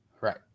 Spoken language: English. Right